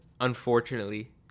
unfortunately